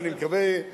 ואני מקווה,